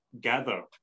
gather